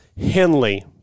Henley